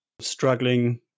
struggling